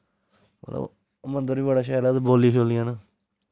ओह् मंदर बी बड़ा शैल ऐ उद्धर बोलियां छोलियां न